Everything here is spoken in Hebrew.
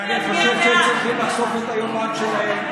ואני חושב שהם צריכים לחשוף את היומן שלהם.